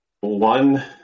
one